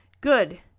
good